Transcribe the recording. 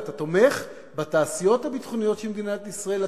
אתה תומך בתעשיות הביטחוניות של מדינת ישראל,